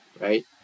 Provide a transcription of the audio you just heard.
right